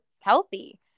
healthy